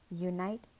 Unite